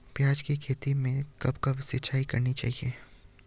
प्याज़ की खेती में कब कब सिंचाई करनी चाहिये?